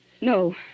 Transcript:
No